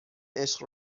عشق